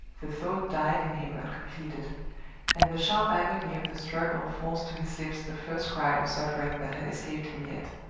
the thought died in him uncompleted and the sharp agony of the struggle forced to his lips the first cry of suffering that had escaped him yet.